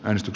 äänestys